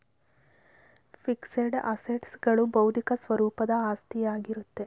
fixed assets ಗಳು ಬೌದ್ಧಿಕ ಸ್ವರೂಪದ ಆಸ್ತಿಯಾಗಿರುತ್ತೆ